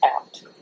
out